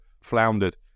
floundered